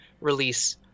release